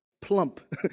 plump